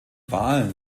wahlen